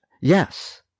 yes